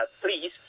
please